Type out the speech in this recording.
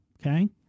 okay